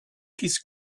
his